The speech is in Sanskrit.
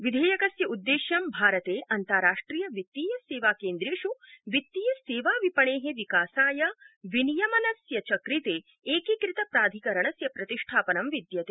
विधेयकस्य उद्देश्यं भारते अन्ताराष्ट्रिय वित्तीय सेवा केन्द्रेषु वित्तीय सेवा विपणे विकासाय विनियमनस्य च कृते एकीकृत प्राधिकरणस्य प्रतिष्ठापनं विद्यते